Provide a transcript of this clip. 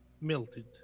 melted